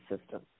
system